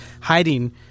hiding